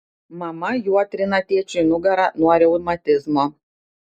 mama juo trina tėčiui nugarą nuo reumatizmo